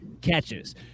catches